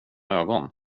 ögon